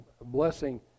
blessing